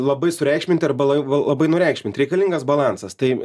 labai sureikšminti arba lai la labai nureikšmint reikalingas balansas tai